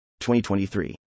2023